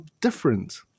different